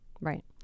right